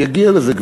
אני אגיע לזה,